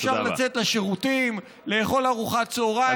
אפשר לצאת לשירותים, לאכול ארוחת צוהריים.